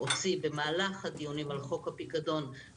מה אכפת לך?